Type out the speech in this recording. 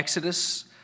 Exodus